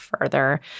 further